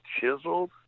chiseled